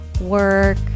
work